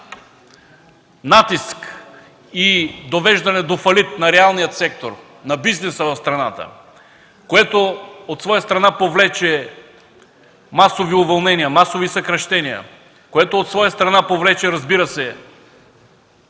натиск и довеждане до фалит на реалния сектор, на бизнеса в страната, което, от своя страна, повлече масови уволнения, масови съкращения, което, от своя страна, повлече драстичен